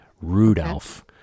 Rudolph